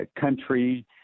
country